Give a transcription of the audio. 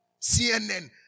CNN